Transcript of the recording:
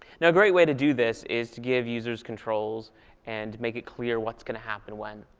you know great way to do this is to give users controls and make it clear what's going to happen when.